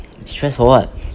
stress for what